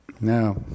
Now